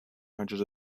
hundreds